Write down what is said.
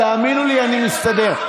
תאמינו לי, אני מסתדר.